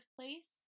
place